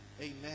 Amen